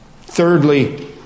Thirdly